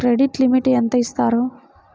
Credit limit ఎంత ఇస్తారు?